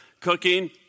cooking